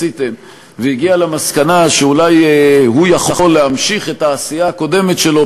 עשיתם והגיע למסקנה שאולי הוא יכול להמשיך את העשייה הקודמת שלו,